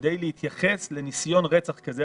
כדי להתייחס לניסיון רצח כזה.